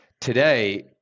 today